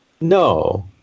No